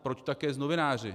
Proč také s novináři?